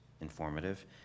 informative